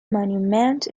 monument